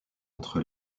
entre